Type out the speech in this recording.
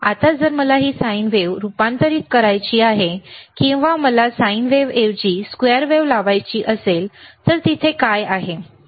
आता जर मला ही साइन वेव्ह रूपांतरित करायची आहे किंवा मला साइन वेव्हऐवजी स्क्वेअर वेव्ह लावायची असेल तर तिथे काय आहे